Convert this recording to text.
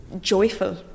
joyful